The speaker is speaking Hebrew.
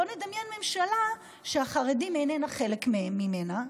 בוא נדמיין ממשלה שהחרדים אינם חלק ממנה,